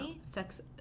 sex